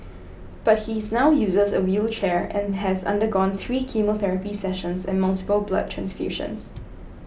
but he is now uses a wheelchair and has undergone three chemotherapy sessions and multiple blood transfusions